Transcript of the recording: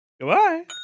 Goodbye